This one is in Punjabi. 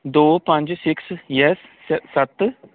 ਦੋ ਪੰਜ ਸਿਕਸ ਜੈੱਸ ਸੱਤ